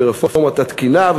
וברפורמת התקינה,